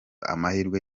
amahirwe